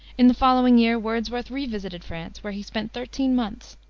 in the following year wordsworth revisited france, where he spent thirteen months,